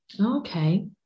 Okay